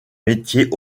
métier